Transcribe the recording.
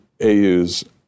AU's